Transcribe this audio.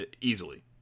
easily